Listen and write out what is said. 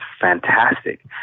fantastic